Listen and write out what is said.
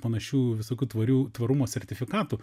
panašių visokių tvarių tvarumo sertifikatų